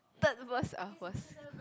third verse uh first